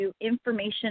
information